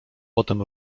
potem